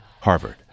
Harvard